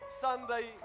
Sunday